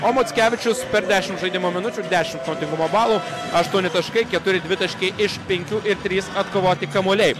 o mockevičius per dešimt žaidimo minučių ir dešimt naudingumo balų aštuoni taškai keturi dvitaškiai iš penkių ir trys atkovoti kamuoliai